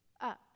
up